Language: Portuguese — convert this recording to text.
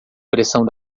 pressão